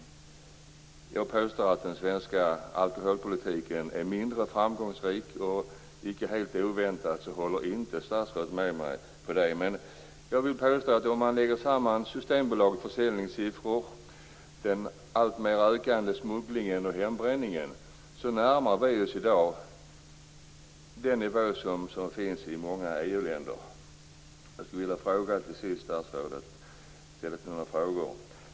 Jag påstår att den svenska alkoholpolitiken är mindre framgångsrik. Icke helt oväntat håller statsrådet inte med mig på den punkten. Men om man lägger samman Systembolagets försäljningssiffror, den alltmer ökande smugglingen och hembränningen närmar vi oss i dag den nivå som finns i många EU-länder.